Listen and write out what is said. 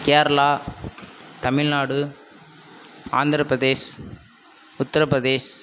Kerala Tamil Nadu Andhra Pradesh Uttar Pradesh